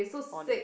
on it